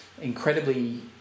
incredibly